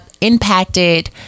impacted